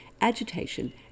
agitation